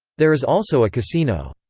there is also a casino.